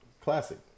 classic